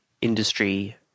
industry